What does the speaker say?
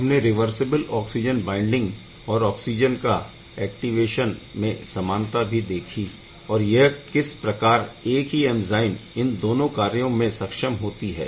हमने reversible oxygen binding और oxygen का ऐक्टीवेशन में समानता भी देखी और यहाँ किस प्रकार एक ही एंज़ाइम इन दोनों कार्यों में सक्षम होती है